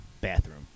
Bathroom